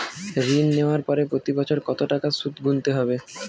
ঋণ নেওয়ার পরে প্রতি বছর কত টাকা সুদ গুনতে হবে?